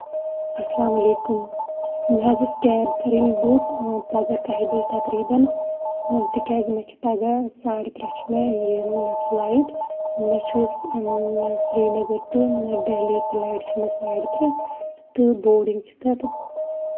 اَسلام علیکُم مےٚ حظ ٲسۍ کیب کَرٕنۍ بُک پَگہہ کہہِ بَجہِ تَقریٖبن تِکیازِ مےٚ چھُ پَگہہ ساڈٕ ترٛےٚ چھُ مےٚ فٔلایِٹ مےٚ چھُ سرنَگر ٹُو دہلی فٔلایٹ چھِ مےٚ ساڈٕ ترٛےٚ تہٕ بوڈِنگ چھ تَتہِ